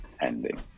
ending